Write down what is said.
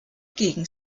gegen